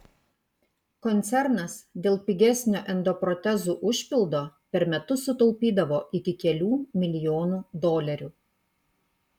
koncernas dėl pigesnio endoprotezų užpildo per metus sutaupydavo iki kelių milijonų dolerių